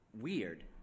weird